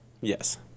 Yes